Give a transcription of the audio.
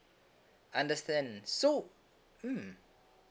understand so mm